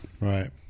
Right